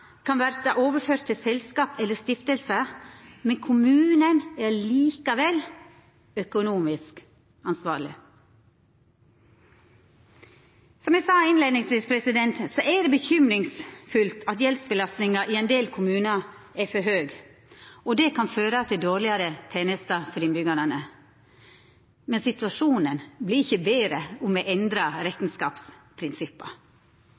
økonomisk ansvarleg. Som eg sa innleiingsvis, er det urovekkjande at gjeldsbelastninga i ein del kommunar er for høg. Det kan føra til dårlegare tenester for innbyggjarane. Men situasjonen vert ikkje betre om ein endrar